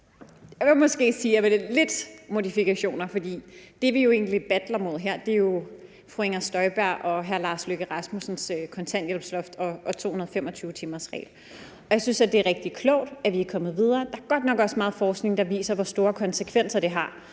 jeg måske sige, at det er med lidt modifikationer, for det, vi jo egentlig battler mod her, er fru Inger Støjberg og hr. Lars Løkke Rasmussens kontanthjælpsloft og 225-timersregel. Jeg synes, det er rigtig klogt, at vi er kommet videre. Der er godt nok også meget forskning, der viser, hvor store konsekvenser det har,